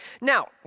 Now